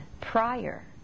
prior